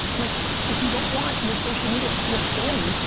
like if you don't want your social media to feel spammy,